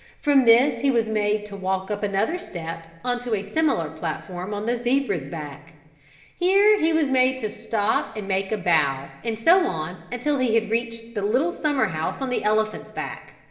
from this he was made to walk up another step onto a similar platform on the zebra's back here he was made to stop and make a bow and so on until he had reached the little summer house on the elephant's back.